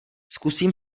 zkusím